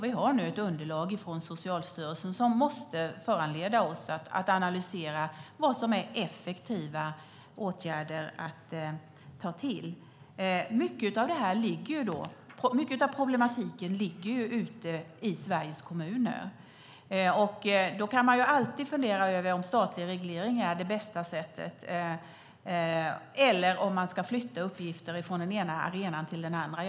Vi har nu ett underlag från Socialstyrelsen som måste föranleda oss att analysera vad som är effektiva åtgärder att ta till. Mycket av problematiken ligger hos Sveriges kommuner. Man kan alltid fundera över om statlig reglering är det bästa sättet eller om man ska flytta uppgifter från den ena arenan till den andra.